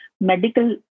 medical